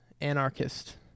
anarchist